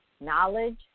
knowledge